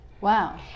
Wow